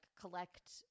collect